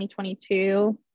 2022